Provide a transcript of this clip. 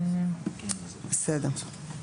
בסדר.